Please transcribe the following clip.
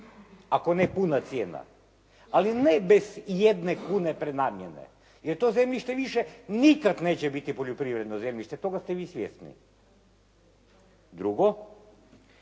ako ne puna cijena. Ali ne bez ijedne kune prenamjene jer to zemljište više nikad neće biti poljoprivredno zemljište, toga ste vi svjesni. Drugo,